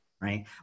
right